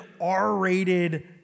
R-rated